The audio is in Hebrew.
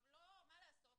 מה לעשות,